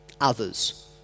others